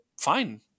fine